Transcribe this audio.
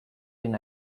been